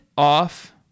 off